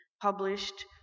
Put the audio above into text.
published